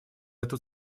эту